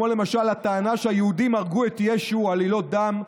כמו למשל הטענה שהיהודים הרגו את ישו או עלילות דם,